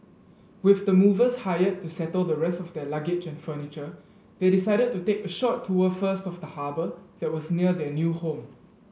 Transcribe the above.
with the movers hired to settle the rest of their luggage and furniture they decided to take a short tour first of the harbour that was near their new home